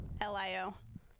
L-I-O